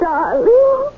Darling